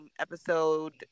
episode